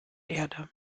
erde